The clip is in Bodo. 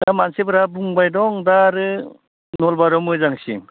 दा मानसिफ्रा बुंबाय दं दा आरो नलबारियाव मोजांसिन